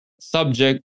Subject